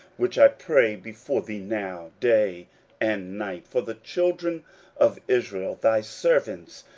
which i pray before thee now, day and night, for the children of israel thy servants,